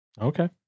Okay